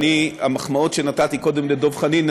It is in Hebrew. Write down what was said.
והמחמאות שנתתי קודם לדב חנין,